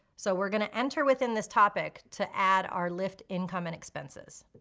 so we're gonna enter within this topic to add our lyft income and expenses.